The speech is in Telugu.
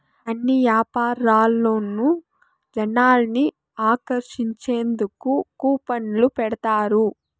అన్ని యాపారాల్లోనూ జనాల్ని ఆకర్షించేందుకు కూపన్లు పెడతారు